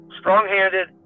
strong-handed